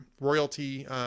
royalty